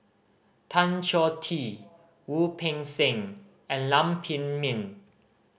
Tan Choh Tee Wu Peng Seng and Lam Pin Min